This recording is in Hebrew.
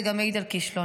זה גם מעיד על כישלונות.